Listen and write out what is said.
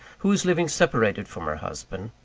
who was living separated from her husband,